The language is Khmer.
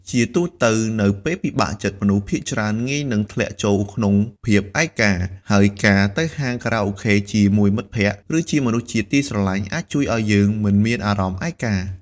ជាទូទៅនៅពេលពិបាកចិត្ត មនុស្សភាគច្រើនងាយនឹងធ្លាក់ចូលក្នុងភាពឯកា ហើយការទៅហាងខារ៉ាអូខេជាមួយមិត្តភក្តិ ឬជាមនុស្សជាទីស្រឡាញ់ អាចជួយឲ្យយើងមិនមានអារម្មណ៍ឯកា។